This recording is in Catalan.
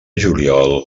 juliol